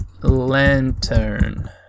lantern